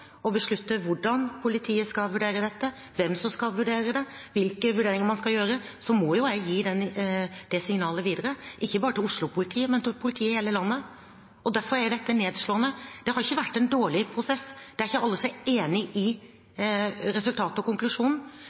hvordan politiet skal vurdere dette, hvem som skal vurdere det, og hvilke vurderinger man skal gjøre, må jeg gi det signalet videre – ikke bare til Oslo-politiet, men til politiet i hele landet. Derfor er dette nedslående. Det har ikke vært en dårlig prosess. Det er ikke alle som er enig i resultatet og konklusjonen,